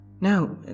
Now